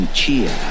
cheer